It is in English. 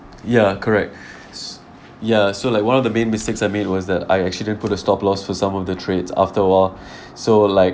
ya correct s~ ya so like one of the main mistakes I made was that I actually put a stop-loss for some of the trade after a while so like